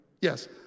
Yes